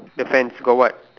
the fence got what